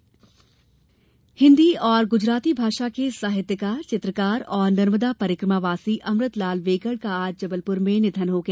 वेगड निधन हिंदी और गुजराती भाषा के साहित्यकार चित्रकार और नर्मदा परिक्रमावासी अमृतलाल वेगड़ का आज जबलपुर में निधन हो गया